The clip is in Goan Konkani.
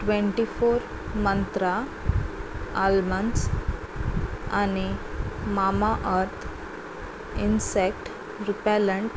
ट्वेंटी फोर मंत्रा आल्मंड्स आनी मामाअर्थ इन्सेक्ट रिपॅलंट